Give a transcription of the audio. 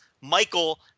Michael